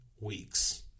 weeks